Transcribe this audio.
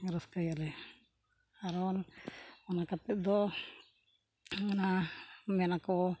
ᱨᱟᱹᱥᱠᱟᱹᱭᱟᱞᱮ ᱟᱨᱚ ᱚᱱᱟ ᱠᱟᱛᱮᱫ ᱫᱚ ᱚᱱᱟ ᱢᱮᱱᱟᱠᱚ